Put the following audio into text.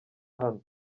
hano